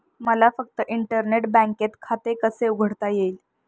मला फक्त इंटरनेट बँकेत खाते कसे उघडता येईल?